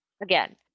again